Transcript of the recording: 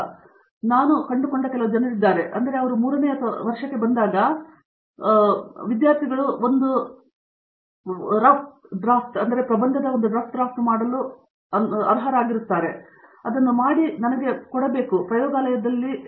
Satyanarayana N Gummadi ಹಾಗಾಗಿ ನಾನು ಕಂಡುಕೊಂಡ ಕೆಲವು ಜನರಿದ್ದಾರೆ ನಂತರ ನಾನು ಮೂರನೇ ವರ್ಷಕ್ಕೆ ಬಂದಾಗ ವಿದ್ಯಾರ್ಥಿಗಳು ಅಂತಿಮ ವರ್ಷವು ಒಬ್ಬ ವ್ಯಕ್ತಿಯ ಒರಟಾದ ಡ್ರಾಫ್ಟ್ ಮಾಡಲು ಮತ್ತು ಅದನ್ನು ನನಗೆ ಕೊಡಬೇಕು ಎಂದು ಪ್ರಯೋಗಾಲಯದಲ್ಲಿ ನಿಯಮಿತ ಮಾಡಿದೆ